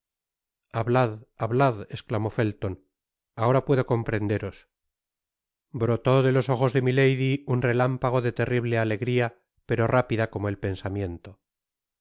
hablad hablad esclamó felton ahora puedo comprenderos brotó de los ojos de milady un relámpago de terrible alegria pero rápida como el pensamiento por